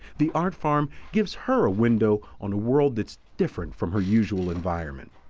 the art farm gives her a window on a world that's different from her usual environment.